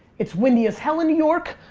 it's windy as hell in new york.